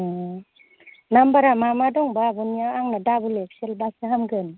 नाम्बारा मा मा दंबा आब'निया आंनो दाबोल एक्सेलबासो हामगोन